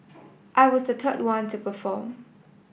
I was the third one to perform